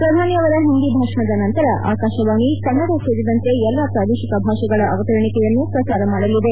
ಪ್ರಧಾನಿ ಅವರ ಹಿಂದಿ ಭಾಷಣದ ನಂತರ ಆಕಾಶವಾಣಿ ಕನ್ನಡ ಸೇರಿದಂತೆ ಎಲ್ಲಾ ಪ್ರಾದೇಶಿಕ ಭಾಷೆಗಳ ಅವತರಣಿಕೆಯನ್ನೂ ಪ್ರಸಾರ ಮಾಡಲಿದೆ